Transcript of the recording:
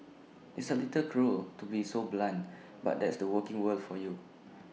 it's A little cruel to be so blunt but that's the working world for you